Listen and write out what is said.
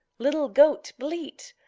little goat, bleat!